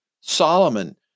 Solomon